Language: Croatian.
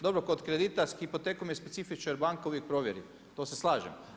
Dobro kod kredita sa hipotekom je specifično jer banka uvijek provjeri, to se slažem.